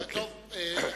ודאי, ודאי.